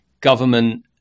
government